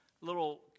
little